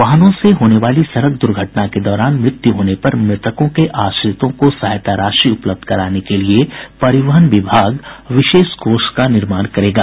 वाहनों से होने वाली सड़क दुर्घटना के दौरान मृत्यु होने पर मृतकों के आश्रितों को सहायता राशि उपलब्ध कराने के लिये परिवहन विभाग विशेष कोष का निर्माण करेगा